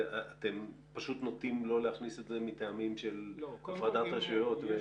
אתם פשוט נוטים לא להכניס את זה מטעמים של הפרדת רשויות?